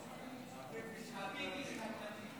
הפיפי של הכלבים.